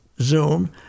Zoom –